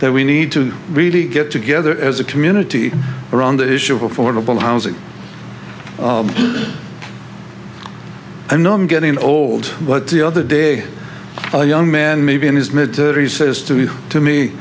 that we need to really get together as a community around the issue of affordable housing i know i'm getting old what the other day a young man maybe in his mid thirty's says to you to me